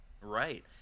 Right